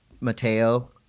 Mateo